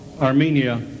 Armenia